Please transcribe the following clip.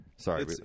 Sorry